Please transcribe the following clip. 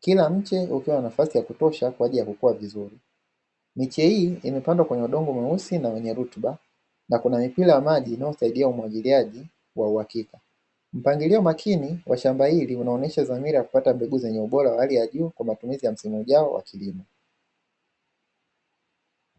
kila mche ukiwa na nafasi ya kutosha kwa ajili ya kukua vizuri, miche hii imepandwa kwenye udongo mweusi na wenye rutuba, na kuna mipira ya maji inayosaidia umwagiliaji wa uhakika, mpangilio makini kwa shamba hili unaonyesha dhamira ya kupata mbegu zenye ubora wa hali ya juu kwa matumizi ya msimu ujao wa kilimo.